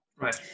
Right